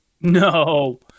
No